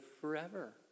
forever